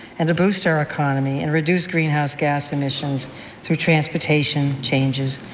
and to boost our economy and reduce greenhouse gas emissions through transportation changes.